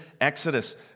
Exodus